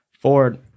Ford